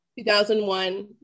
2001